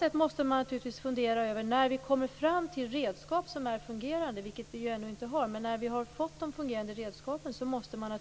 När det finns fungerande redskap - som ännu inte finns - måste man,